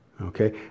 Okay